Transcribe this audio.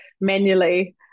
manually